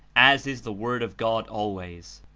as is the word of god always.